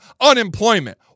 unemployment